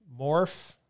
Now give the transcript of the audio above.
morph